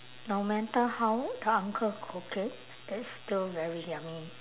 no matter how the uncle cook it it's still very yummy